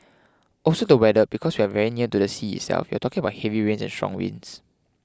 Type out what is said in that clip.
also the weather because we are very near to the sea itself you're talking about heavy rains and strong winds